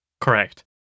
Correct